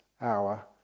hour